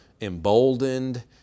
emboldened